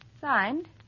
Signed